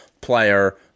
player